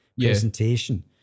presentation